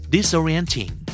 Disorienting